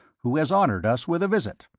who has honoured us with a visit.